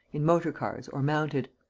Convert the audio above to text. in motor-cars or mounted.